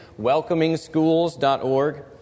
WelcomingSchools.org